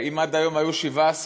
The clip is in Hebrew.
שאם עד היום היו 17,000,